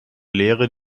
lehre